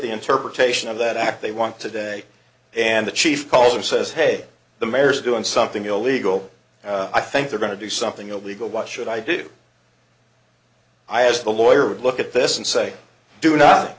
the interpretation of that act they want today and the chief calls and says hey the mayor's doing something illegal i think they're going to do something illegal what should i do i as the lawyer would look at this and say do not